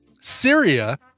Syria